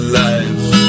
life